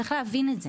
צריך להבין את זה.